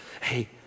Hey